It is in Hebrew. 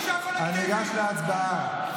אמורים לדעת שיש הצבעות?